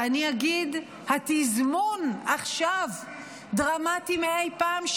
ואני אגיד: התזמון עכשיו דרמטי מאי פעם,